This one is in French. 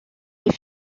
les